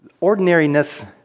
Ordinariness